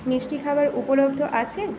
মিষ্টি খাবার উপলব্ধ আছে